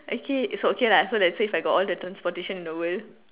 okay so okay lah so let's say if I got all the transportation in the world